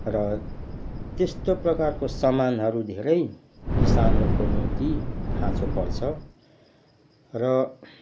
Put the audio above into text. र त्यस्तो प्रकारको सामानहरू धेरै किसानहरूको निम्ति खाँचो पर्छ र